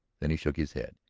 then he shook his head.